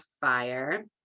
fire